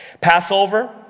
Passover